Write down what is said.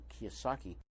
Kiyosaki